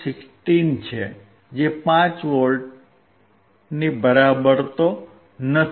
16 છે જે 5 V ની બરાબર નથી